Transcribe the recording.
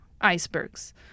icebergs